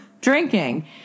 drinking